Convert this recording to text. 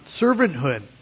servanthood